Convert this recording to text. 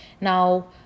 Now